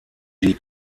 die